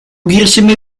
girişimi